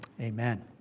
Amen